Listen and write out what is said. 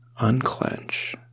Unclench